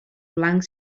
blanc